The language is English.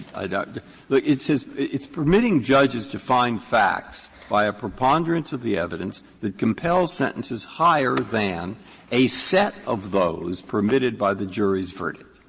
it says it's permitting judges to find facts by a preponderance of the evidence that compels sentences higher than a set of those permitted by the jury's verdict.